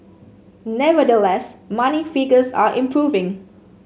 nevertheless monthly figures are improving